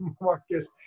Marcus